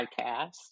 podcast